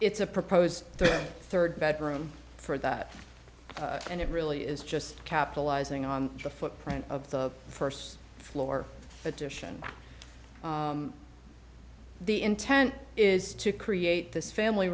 it's a proposed third bedroom for that and it really is just capitalizing on the footprint of the first floor addition the intent is to create this family